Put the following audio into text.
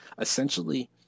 Essentially